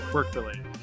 work-related